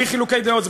בלי חילוקי דעות.